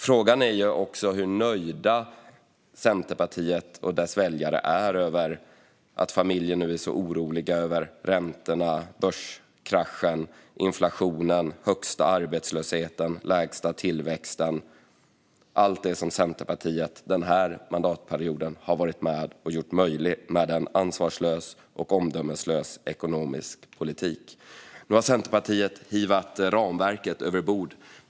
Frågan är också hur nöjda Centerpartiet och dess väljare är över att familjer nu är så oroliga över räntorna, börskraschen, inflationen, den högsta arbetslösheten och den lägsta tillväxten - allt det som Centerpartiet den här mandatperioden har varit med och gjort möjligt med en ansvarslös och omdömeslös ekonomisk politik. Nu har Centerpartiet hivat ramverket över bord.